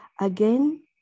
Again